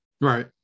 Right